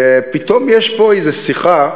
כי פתאום יש פה איזה שיחה,